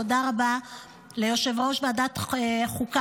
תודה רבה ליושב-ראש ועדת חוקה,